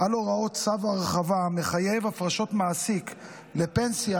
על הוראות צו הרחבה המחייב הפרשות מעסיק לפנסיה,